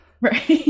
Right